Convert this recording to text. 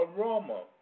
aroma